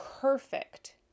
perfect